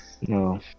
No